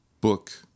book